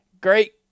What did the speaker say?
Great